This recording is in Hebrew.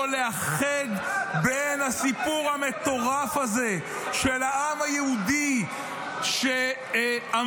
יכול לאחד את הסיפור המטורף הזה של העם היהודי שעמד